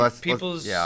people's